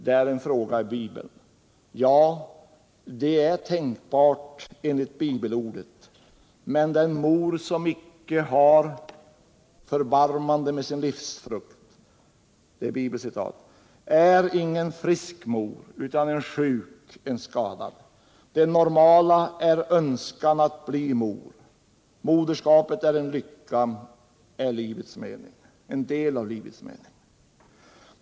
Det är en fråga i Bibeln. Ja, det är tänkbart enligt bibelordet. Men den mor som icke har ”förbarmande med sin livsfrukt” är ingen frisk mor utan en sjuk, en skadad. Det normala är önskan att bli mor —- moderskapet är en lycka, en del av livets mening.